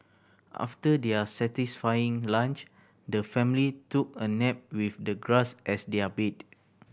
after their satisfying lunch the family took a nap with the grass as their bed